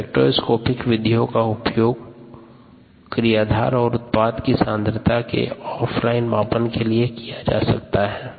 spectroscopic विधियों का उपयोग क्रियाधार और उत्पाद की सांद्रता के ऑफ लाइन मापन के लिए किया जा सकता है